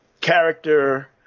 character